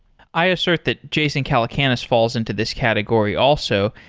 i assert that jason calacanis falls into this category also.